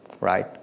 right